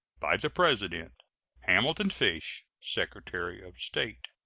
by the president hamilton fish, secretary of state.